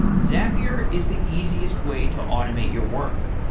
zapier is the easiest way to automate your work.